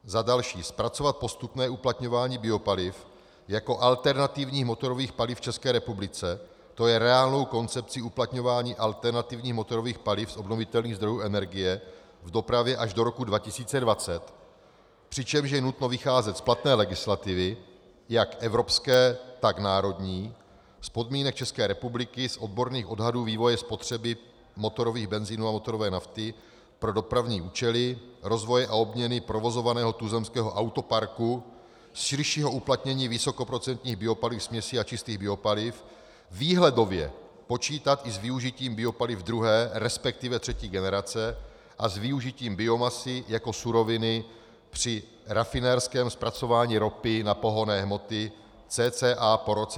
za další zpracovat postupné uplatňování biopaliv jako alternativních motorových paliv v České republice, to je reálnou koncepci uplatňování alternativních motorových paliv z obnovitelných zdrojů energie v dopravě až do roku 2020, přičemž je nutno vycházet z platné legislativy jak evropské, tak národní, z podmínek České republiky, z odborných odhadů vývoje spotřeby motorových benzínů a motorové nafty pro dopravní účely rozvoje a obměny provozovaného tuzemského autoparku, z širšího uplatnění vysokoprocentních biopaliv, směsí a čistých biopaliv, výhledově počítat i s využitím biopaliv druhé, resp. třetí generace a s využitím biomasy jako suroviny při rafinérském zpracování ropy na pohonné hmoty cca po roce 2015;